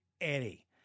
Eddie